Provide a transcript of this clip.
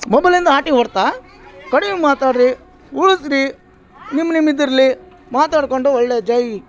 ಮೊಬೈಲಿಂದ ಹಾರ್ಟಿಗೆ ಹೊಡೆತ ಕಡಿಮೆ ಮಾತಾಡ್ರಿ ಉಳಿಸ್ರಿ ನಿಮ್ಮ ನಿಮ್ಮ ಇದಿರಲಿ ಮಾತಾಡಿಕೊಂಡು ಒಳ್ಳೇ ಜೈ